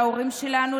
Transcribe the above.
להורים שלנו,